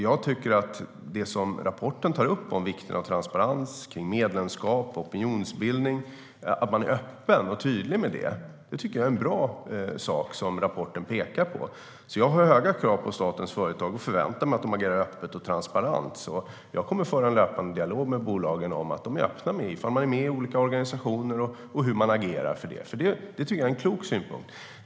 Jag tycker att det rapporten tar upp om vikten av transparens kring medlemskap, opinionsbildning - att man är öppen och tydlig med det - är en bra sak att peka på. Jag har höga krav på statens företag och förväntar mig att de agerar öppet och transparent, så jag kommer att föra en löpande dialog med bolagen om att de är öppna med om de är med i olika organisationer och hur de agerar för det. Det tycker jag är en klok synpunkt.